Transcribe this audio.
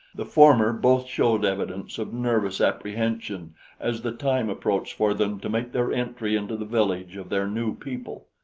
the former both showed evidence of nervous apprehension as the time approached for them to make their entry into the village of their new people,